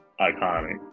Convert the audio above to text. iconic